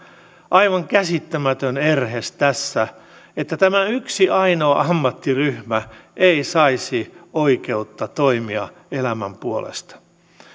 aivan käsittämätön erhe tässä että tämä yksi ainoa ammattiryhmä ei saisi oikeutta toimia elämän puolesta